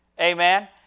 Amen